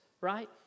right